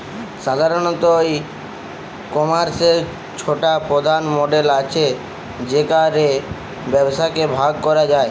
সাধারণত, ই কমার্সের ছটা প্রধান মডেল আছে যেগা রে ব্যবসাকে ভাগ করা যায়